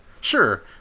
Sure